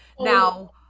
Now